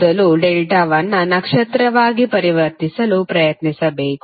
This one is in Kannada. ಮೊದಲು ಡೆಲ್ಟಾವನ್ನು ನಕ್ಷತ್ರವಾಗಿ ಪರಿವರ್ತಿಸಲು ಪ್ರಯತ್ನಿಸಬೇಕು